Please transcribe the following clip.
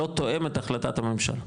לא תואם את החלטת הממשלה.